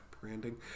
branding